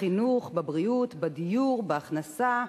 בחינוך, בבריאות, בדיור, בהכנסה,